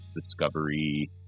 discovery